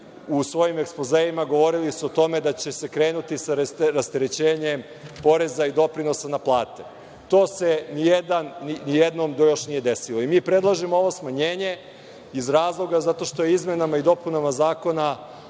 u svojim ekspozeima govorili su o tome da će se krenuti sa rasterećenjem poreza i doprinosa na plate. To se nijednom još nije desilo. Mi predlažemo ovo smanjenje iz razloga zato što je izmenama i dopunama Zakona